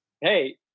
hey